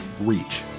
reach